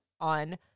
on